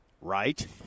right